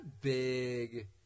big